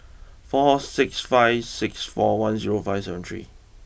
four six five six four one zero five seven three